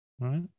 right